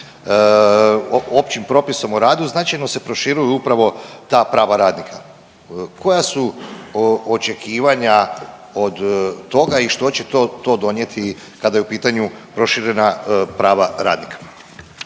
Općim propisom o radu značajno se proširuju upravo ta prava radnika. Koja su očekivanja od toga i što će to donijeti kada je u pitanju proširena prava radnika?